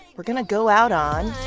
we're going to go out on.